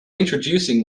introducing